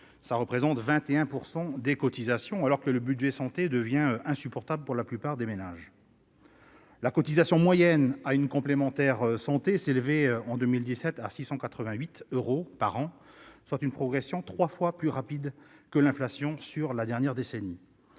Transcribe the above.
Cela représente 21 % du coût des cotisations, alors que le budget santé devient insupportable pour la plupart des ménages. La cotisation moyenne à une complémentaire santé s'élevait ainsi en 2017 à 688 euros par an, soit une progression trois fois plus rapide que l'inflation dans la dernière décennie.